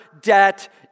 debt